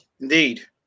Indeed